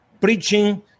preaching